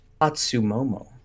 Atsumomo